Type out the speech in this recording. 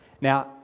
Now